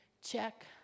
check